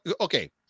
Okay